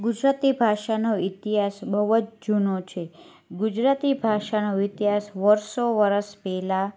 ગુજરાતી ભાષાનો ઇતિહાસ બહુ જ જૂનો છે ગુજરાતી ભાષાનો ઇતિહાસ વર્ષો વર્ષ પહેલાં